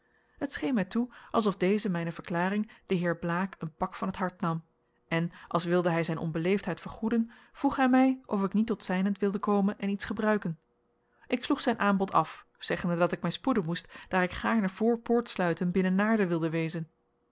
het scheen mij toe alsof deze mijne verklaring den heer blaek een pak van het hart nam en als wilde hij zijn onbeleefdheid vergoeden vroeg hij mij of ik niet tot zijnent wilde komen en iets gebruiken ik sloeg zijn aanbod af zeggende dat ik mij spoeden moest daar ik gaarne voor poortsluiten binnen naarden wilde wezen